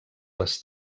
les